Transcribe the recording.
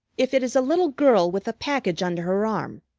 if it is a little girl with a package under her arm,